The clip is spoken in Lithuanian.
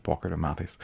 pokario metais